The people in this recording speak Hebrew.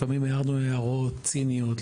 לפעמים הערנו הערות ציניות,